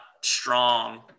strong